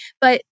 But-